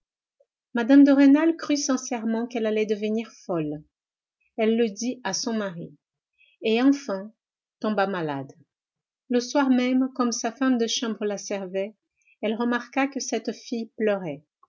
de rênal crut sincèrement qu'elle allait devenir folle elle le dit à son mari et enfin tomba malade le soir même comme sa femme de chambre la servait elle remarqua que cette fille pleurait